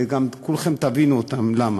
וגם כולכם תבינו למה.